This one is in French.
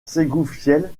ségoufielle